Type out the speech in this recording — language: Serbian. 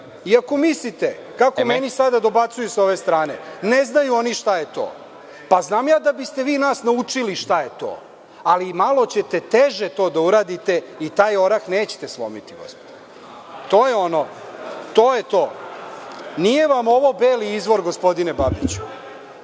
iako mislite kako meni sada dobacuju sa ove strane. Ne znaju oni šta je to. Pa znam ja da biste vi nas naučili šta je to. Ali, malo ćete teže to da uradite i taj orah nećete slomiti gospodo. To je to. Nije vam ovo „Beli izvor“ gospodine Babiću.